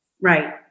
Right